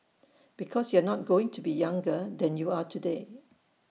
because you are not going to be younger than you are today